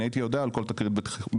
הייתי יודע על כל תקרית בטיחות.